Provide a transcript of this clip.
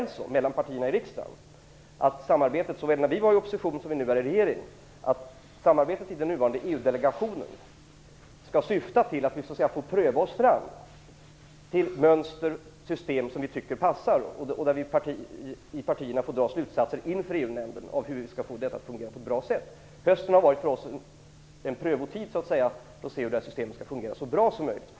Partierna i riksdagen har också under hösten varit överens om att samarbetet i den nuvarande EU delegationen skall syfta till att vi får pröva oss fram till ett mönster och system som vi tycker passar. Partierna får dra sina slutsatser inför EU-nämnden om hur vi skall få detta att fungera på ett bra sätt. Detta har vi varit överens om såväl när Socialdemokraterna satt i opposition som när vi nu sitter i regeringen. Hösten har varit en prövotid för att se hur det här systemet skall fungera så bra som möjligt.